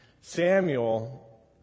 Samuel